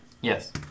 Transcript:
Yes